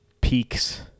peaks